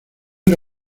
era